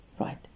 Right